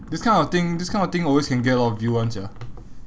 this kind of thing this kind of thing always can get a lot of view [one] sia